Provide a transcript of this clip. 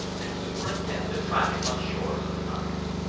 and superintend the traffic on shore sometimes.